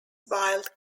wild